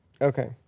Okay